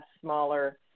smaller